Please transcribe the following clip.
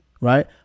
right